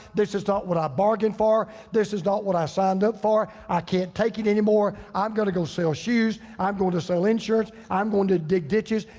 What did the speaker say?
this is not what i bargained for. this is not what i signed up for. i can't take it anymore. i'm gonna go sell shoes. i'm going to sell insurance. i'm going to dig ditches,